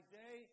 day